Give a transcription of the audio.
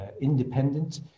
independent